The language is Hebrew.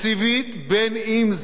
אם בעוטף-עזה,